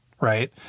right